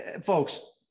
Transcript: folks